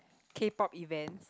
K-pop event